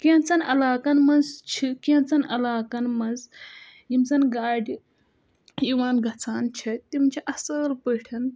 کینٛژَن علاقَن منٛز چھِ کینٛژَن علاقَن منٛز یِم زَن گاڑِ یِوان گژھان چھِ تِم چھِ اصٕل پٲٹھۍ